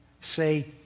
say